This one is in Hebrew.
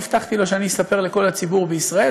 אני הבטחתי לו שאני אספר לכל הציבור בישראל